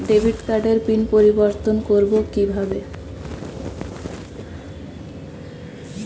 Debit কার্ডের PIN পরিবর্তন করবো কীভাবে?